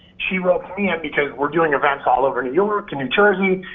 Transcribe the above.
she roped me in because we're doing events all over new york, and new jersey,